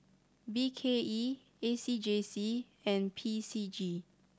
B K E A C J C and P C G